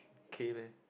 K meh